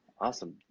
awesome